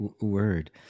word